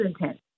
intense